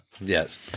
Yes